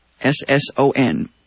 S-S-O-N